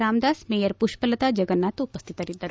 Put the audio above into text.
Ramdas mayor Pushpalatha Jagannath ಉಪಸ್ಥಿತರಿದ್ದರು